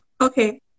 okay